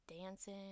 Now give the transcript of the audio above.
dancing